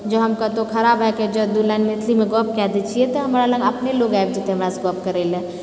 जऽ हम कतहुँ खड़ा भएके जँ दू लाइन मैथिलीमे गप कए दै छियै तऽ हमरा लग अपने लोग आबि जेतै हमरासँ गप करै लऽ